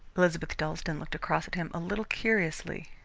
elizabeth dalstan looked across at him a little curiously.